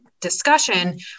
discussion